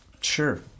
Sure